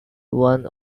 one